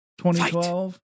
2012